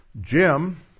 Jim